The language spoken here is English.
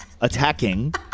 attacking